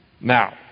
Now